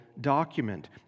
document